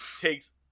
takes